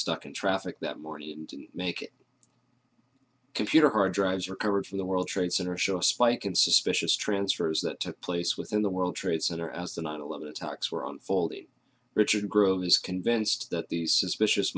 stuck in traffic that morning to make computer hard drives recovered from the world trade center show a spike in suspicious transfers that took place within the world trade center as the nine eleven attacks were unfolding richard grove is convinced that these suspicious